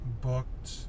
booked